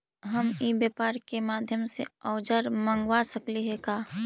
हम ई व्यापार के माध्यम से औजर मँगवा सकली हे का?